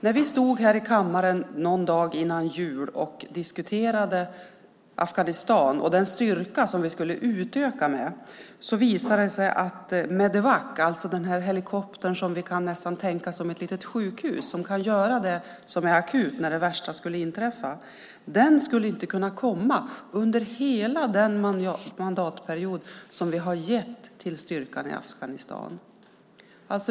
När vi stod här i kammaren någon dag före jul och diskuterade Afghanistan och den styrka som vi skulle utöka med visar det sig att Medevac, den helikopter som vi nästan kan se som ett litet sjukhus, som kan göra det som är akut om det värsta skulle inträffa, inte skulle kunna komma under hela den mandatperiod som vi har gett till styrkan i Afghanistan.